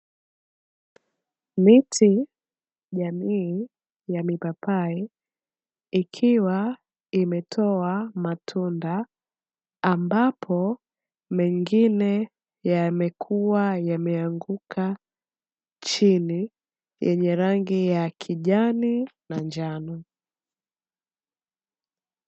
Miti jamii ya mipapai ikiwa imetoa matunda, ambapo mengine yamekua yameanguka chini, yenye rangi ya kijani na njano.